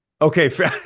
Okay